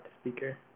speaker